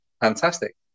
fantastic